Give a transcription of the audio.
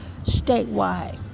statewide